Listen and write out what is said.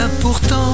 pourtant